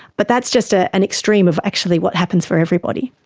but that's just ah an extreme of actually what happens for everybody.